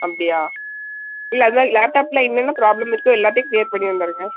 அப்படியா இல்லை அது தான் லேப்டாப்பில் என்னென்ன ப்ராப்ளம் இருக்கோ எல்லாத்தையும் கிளியர் பண்ணித்தந்துடுங்க